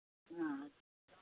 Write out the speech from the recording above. हँ